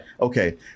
Okay